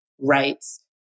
rights